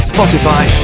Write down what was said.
Spotify